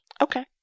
Okay